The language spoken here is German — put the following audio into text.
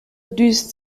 düst